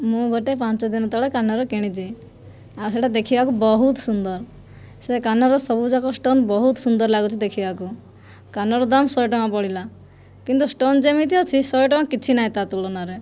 ମୁଁ ଗୋଟିଏ ପାଞ୍ଚ ଦିନ ତଳେ କାନର କିଣିଛି ଆଉ ସେହିଟା ଦେଖିବାକୁ ବହୁତ ସୁନ୍ଦର ସେ କାନର ସବୁ ଯାକ ଷ୍ଟୋନ ବହୁତ ସୁନ୍ଦର ଲାଗୁଛି ଦେଖିବାକୁ କାନର ଦାମ ଶହେ ଟଙ୍କା ପଡ଼ିଲା କିନ୍ତୁ ଷ୍ଟୋନ ଯେମିତି ଅଛି ଶହେ ଟଙ୍କା କିଛି ନାହିଁ ତା ତୁଳନାରେ